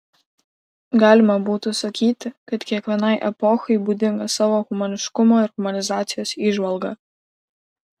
galima būtų sakyti kad kiekvienai epochai būdinga sava humaniškumo ir humanizacijos įžvalga